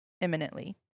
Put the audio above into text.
imminently